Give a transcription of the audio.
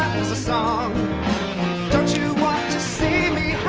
is a song don't you want to see me